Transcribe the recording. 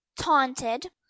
taunted